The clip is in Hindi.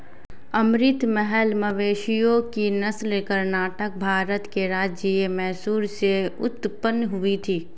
अमृत महल मवेशियों की नस्ल कर्नाटक, भारत के राज्य मैसूर से उत्पन्न हुई थी